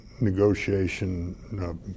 negotiation